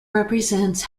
represents